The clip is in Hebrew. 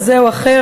כזה או אחר,